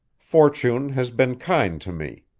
fortune has been kind to me.